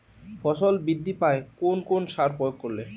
ফসল বৃদ্ধি পায় কোন কোন সার প্রয়োগ করলে?